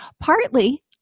partly